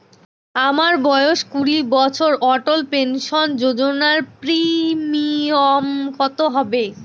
আমার বয়স কুড়ি বছর অটল পেনসন যোজনার প্রিমিয়াম কত হবে?